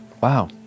Wow